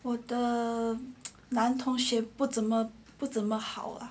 我的男同学不怎么不怎么好好啦